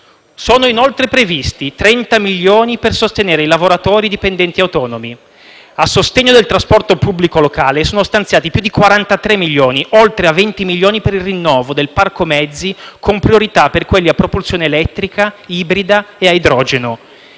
Sono inoltre previsti 30 milioni per sostenere i lavoratori dipendenti e autonomi; a sostegno del trasporto pubblico locale sono stanziati più di 43 milioni, oltre a 20 milioni per il rinnovo del parco mezzi, con priorità per quelli a propulsione elettrica, ibrida e a idrogeno;